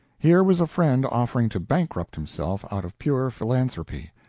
here was a friend offering to bankrupt himself out of pure philanthropy,